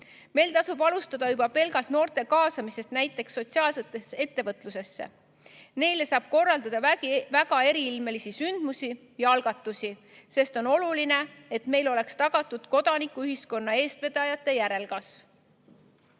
Meil tasub alustada juba pelgalt noorte kaasamisest näiteks sotsiaalsesse ettevõtlusesse. Neile saab korraldada väga eriilmelisi sündmusi ja algatusi, sest on oluline, et meil oleks tagatud kodanikuühiskonna eestvedajate järelkasv. Lugupeetud